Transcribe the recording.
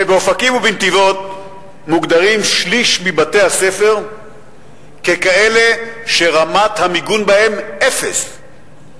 באופקים ובנתיבות מוגדרים שליש מבתי-הספר ככאלה שרמת המיגון בהם אפס.